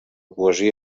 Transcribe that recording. poesia